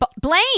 Blaine